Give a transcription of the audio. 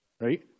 right